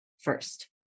first